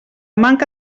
manca